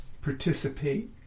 participate